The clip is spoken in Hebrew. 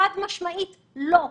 חד משמעית לא.